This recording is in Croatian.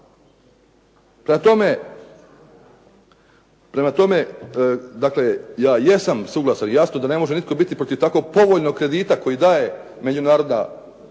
Prema tome, ja jesam suglasan, jasno da ne može nitko biti protiv tako povoljnog kredita koja daje Međunarodna banka